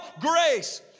grace